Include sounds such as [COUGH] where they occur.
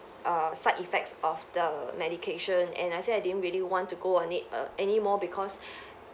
err side effects of the medication and I say I didn't really want to go on it err any more because [BREATH]